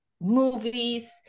movies